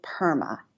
PERMA